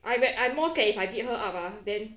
I bet I more scared if I beat her up ah then